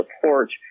support